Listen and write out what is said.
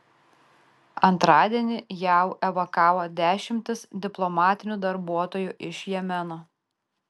antradienį jav evakavo dešimtis diplomatinių darbuotojų iš jemeno